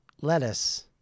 lettuce